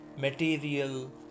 material